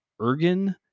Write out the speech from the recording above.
Ergen